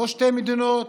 לא שתי מדינות,